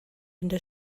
into